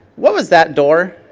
what was that door?